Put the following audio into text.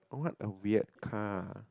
what a weird car